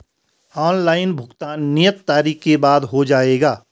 Online भुगतान नियत तारीख के बाद हो जाएगा?